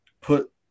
put